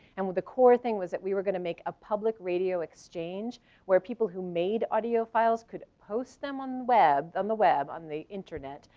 and with the core thing was that we were going to make a public radio exchange where people who made audio files could post them on the web, on the web on the internet,